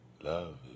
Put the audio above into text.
love